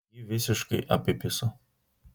jį visiškai apipiso